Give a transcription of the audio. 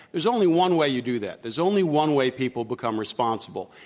there's only one way you do that. there's only one way people become responsible,